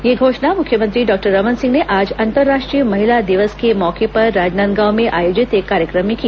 यह घोषणा मुख्यमंत्री डॉक्टर रमन सिंह ने आज अंतर्राष्ट्रीय महिला दिवस के मौके पर राजनादगांव में आयोजित एक कार्यक्रम में की